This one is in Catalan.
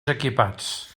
equipats